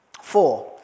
Four